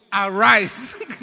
Arise